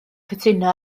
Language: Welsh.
cytuno